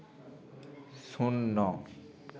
শূন্য